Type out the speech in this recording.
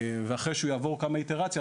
אחרי שהוא יעבור גם אינרציה,